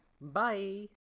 Bye